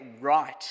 right